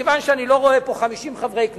ומכיוון שאני לא רואה פה 50 חברי כנסת,